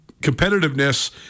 competitiveness